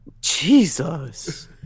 Jesus